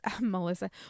Melissa